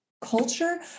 culture